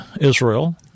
Israel